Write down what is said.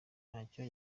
ntacyo